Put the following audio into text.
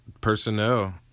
Personnel